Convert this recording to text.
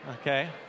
Okay